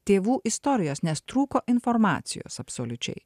tėvų istorijos nes trūko informacijos absoliučiai